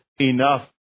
enough